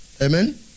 Amen